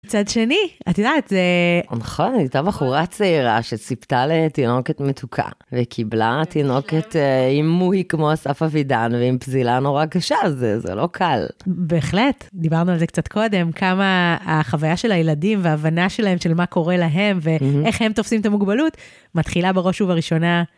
צד שני, את יודעת, נכון, הייתה בחורה צעירה שציפתה לתינוקת מתוקה, וקיבלה תינוקת עם מוהי כמו אסף אבידן ועם פזילה נורא קשה, אז זה לא קל. בהחלט, דיברנו על זה קצת קודם, כמה החוויה של הילדים וההבנה שלהם של מה קורה להם ואיך הם תופסים את המוגבלות מתחילה בראש ובראשונה.